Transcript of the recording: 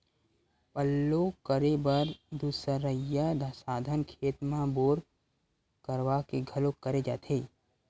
पल्लो करे बर दुसरइया साधन खेत म बोर करवा के घलोक करे जाथे